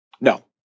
No